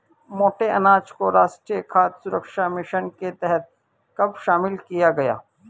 मोटे अनाज को राष्ट्रीय खाद्य सुरक्षा मिशन के तहत कब शामिल किया गया?